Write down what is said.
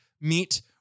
meet